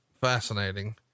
fascinating